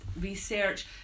research